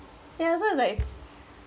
ya I also like